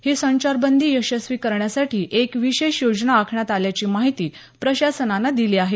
ही संचारबंदी यशस्वी करण्यासाठी एक विशेष योजना आखण्यात आल्याची माहिती प्रशासनानं दिली आहे